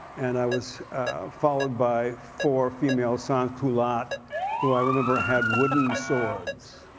and i was followed by four female sansculotte who i remember had wooden swords.